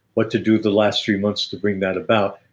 what to do the last three months to bring that about,